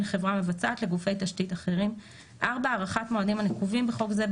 חברה מבצעת לגופי תשתית אחרים; (4)הארכת מועדים הנקובים בחוק זה,